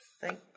thank